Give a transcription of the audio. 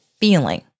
feeling